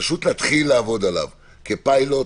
פשוט להתחיל לעבוד עליו כפיילוט,